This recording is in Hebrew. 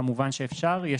כמובן שאפשר.